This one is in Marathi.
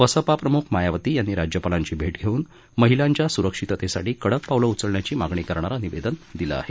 बसपा प्रमुख मायावती यांनी राज्यपालांची भेट घेऊन महिलांच्या सुरक्षितेसाठी कडक पावलं उचलण्याची मागणी करणारं निवदेन दिलं आहे